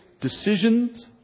decisions